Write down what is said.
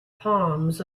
palms